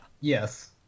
Yes